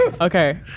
Okay